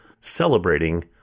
celebrating